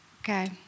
Okay